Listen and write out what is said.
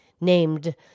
named